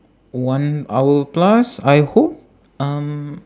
one hour plus I hope um